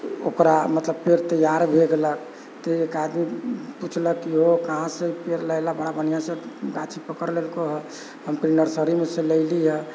ओकरा मतलब पेड़ तैयार भए गेलक तऽ एक आदमी पुछलक कि ओ कहाँ से पेड़ लयलह बड़ा बढ़िऑं से गाछी पकरि लेलकौ है हम कहली नर्सरीमे से लयलीह है